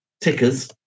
tickers